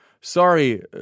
Sorry